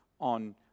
on